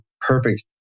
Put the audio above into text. perfect